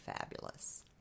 fabulous